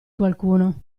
qualcuno